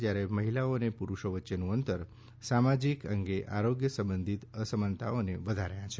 જ્યારે મહિલાઓ અને પુરૂષો વચ્ચેનું અંતર સામાજિક અંગે આરોગ્ય સંબંધી અસમાનતાઓને વધાર્યા છે